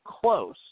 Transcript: close